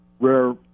rare